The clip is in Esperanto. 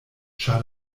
ĉar